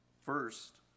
First